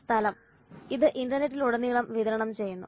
സ്ഥലം ഇത് ഇന്റർനെറ്റിലുടനീളം വിതരണം ചെയ്യുന്നു